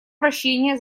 прощения